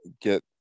get